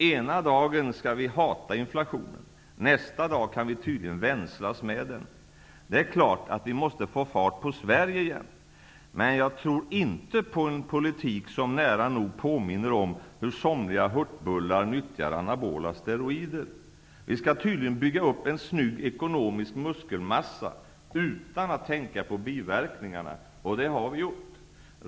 Ena dagen skall vi hata inflationen. Nästa dag kan vi tydligen vänslas med den. Det är klart att vi måste få fart på Sverige igen. Men jag tror inte på en politik som nära nog påminner om hur somliga hurtbullar nyttjar anabola steroider. Vi skall tydligen bygga upp en snygg ekonomisk muskelmassa, utan att tänka på biverkningarna. Det har vi gjort.